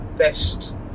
Best